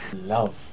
Love